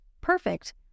Perfect